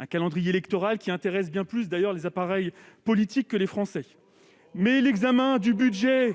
le calendrier électoral intéresse d'ailleurs bien davantage les appareils politiques que les Français ... L'examen du budget